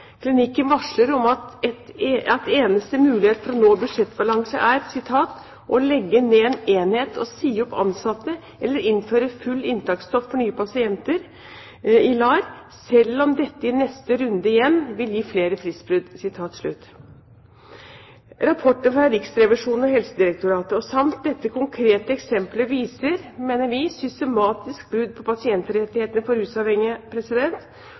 Klinikken varsler om at eneste mulighet for å nå budsjettbalanse er «å legge ned en enhet og si opp ansatte eller innføre full inntaksstopp for nye pasienter i LAR, selv om dette i neste runde igjen vil gi flere fristbrudd». Rapportene fra Riksrevisjonen og Helsedirektoratet samt dette konkrete eksemplet viser, mener vi, systematisk brudd på pasientrettighetene for rusavhengige.